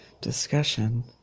discussion